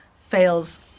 fails